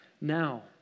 Now